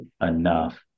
enough